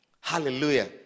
Hallelujah